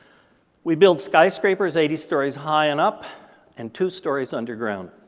we build sky scrapers eighty stories high and up and two stories underground.